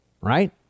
Right